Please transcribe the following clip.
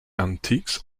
antiques